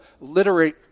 literary